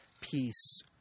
peace